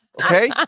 okay